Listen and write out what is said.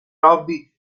hobby